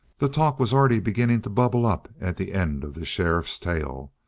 the talk was already beginning to bubble up at the end of the sheriff's tale.